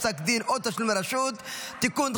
פסק דין או תשלום לרשות) (תיקון,